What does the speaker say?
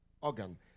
organ